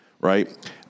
Right